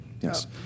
Yes